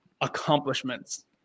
Accomplishments